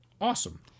awesome